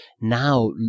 now